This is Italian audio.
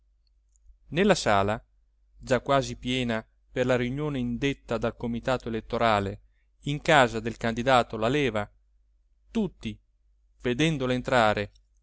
nella sala già quasi piena per la riunione indetta dal comitato elettorale in casa del candidato laleva tutti vedendolo entrare